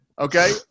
okay